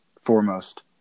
foremost